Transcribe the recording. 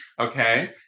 Okay